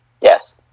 Yes